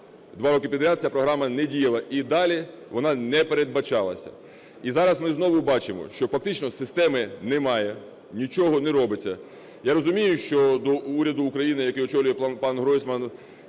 два роки підряд ця програма не діяла і далі вона не передбачалась. І зараз ми знову бачимо, що фактично системи немає, нічого не робиться. Я розумію, що до уряду України, який очолює пан Гройсман,